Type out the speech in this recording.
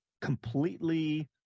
completely